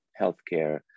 Healthcare